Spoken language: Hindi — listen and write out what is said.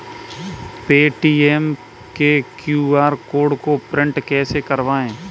पेटीएम के क्यू.आर कोड को प्रिंट कैसे करवाएँ?